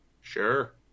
Sure